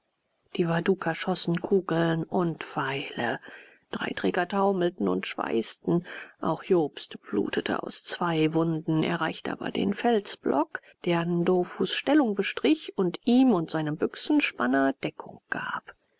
die waduka schossen kugeln und pfeile drei träger taumelten und schweißten auch jobst blutete aus zwei wunden erreichte aber den felsblock der ndofus stellung bestrich und ihm und seinem büchsenspanner deckung gab